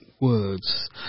words